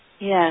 yes